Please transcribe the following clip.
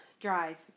Drive